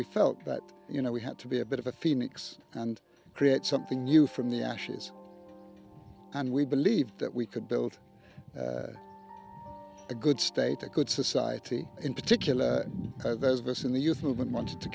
we felt that you know we had to be a bit of a phoenix and create something new from the ashes and we believe that we could build a good state a good society in particular